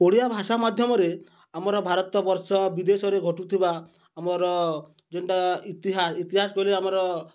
ଓଡ଼ିଆ ଭାଷା ମାଧ୍ୟମରେ ଆମର ଭାରତ ବର୍ଷ ବିଦେଶରେ ଘଟୁଥିବା ଆମର ଯେନ୍ଟା ଇତିହାସ ଇତିହାସ କହିଲେ ଆମର